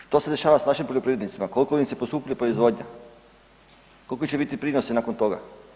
Što se dešava s našim poljoprivrednicima, koliko im se poskupljuje proizvodnja, koliki će biti prinosi nakon toga?